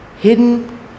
hidden